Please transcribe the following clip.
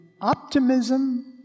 optimism